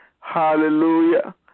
Hallelujah